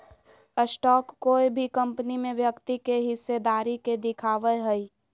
stock कोय भी company में व्यक्ति के हिस्सेदारी के दिखावय हइ